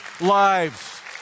lives